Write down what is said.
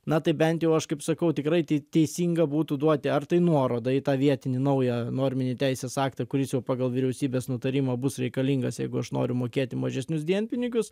na tai bent jau aš kaip sakau tikrai teisinga būtų duoti ar tai nuorodą į tą vietinį naują norminį teisės aktą kuris jau pagal vyriausybės nutarimą bus reikalingas jeigu aš noriu mokėti mažesnius dienpinigius